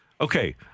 Okay